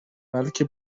بلکه